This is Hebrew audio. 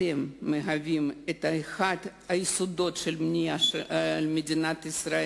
אתם אחד היסודות של הבנייה של מדינת ישראל.